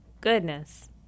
Goodness